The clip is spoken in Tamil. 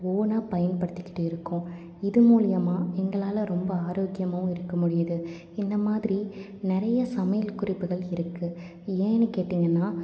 ஓனாக பயன்படுத்திக்கிட்டு இருக்கோம் இது மூலிமா எங்களால் ரொம்ப ஆரோக்கியமாகவும் இருக்கமுடியுது இந்த மாதிரிநிறைய சமையல் குறிப்புகள் இருக்குது ஏன்னு கேட்டீங்கனால்